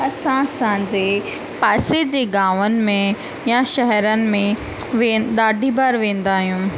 असां असां जे पासे जे गांवनि में या शहरनि में वे ॾाढी बार वेंदा आहियूं